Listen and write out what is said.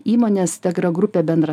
įmonės tegra grupė bendra